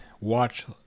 watch